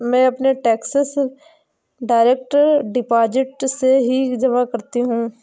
मैं अपने taxes direct deposit से ही जमा करती हूँ